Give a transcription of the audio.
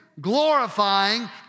Glorifying